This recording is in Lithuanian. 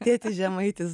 tėtis žemaitis